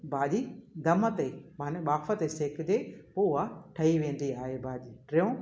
भाॼी दम ते माने बाफ़ ते सेकिजे पोइ उहा ठहीं वेंदी आहे भाॼी टियो